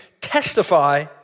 testify